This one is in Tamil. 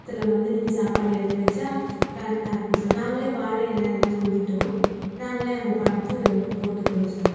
அதில் வந்து நீங்கள் சாப்பாடு இறக்கி வச்சால் கரக்டாக இருக்கும் சார் நாங்களே வாழை எலை அதல்லாம் சொல்லிவிட்டோம் நாங்களே அங்கே பார்த்து போட்டுக்கிறோம் சார்